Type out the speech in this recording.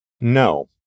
No